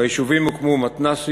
ביישובים הוקמו מתנ"סים,